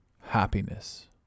happiness